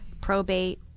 probate